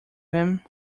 him